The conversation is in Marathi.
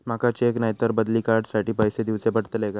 माका चेक नाय तर बदली कार्ड साठी पैसे दीवचे पडतले काय?